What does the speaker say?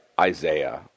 Isaiah